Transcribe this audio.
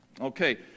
Okay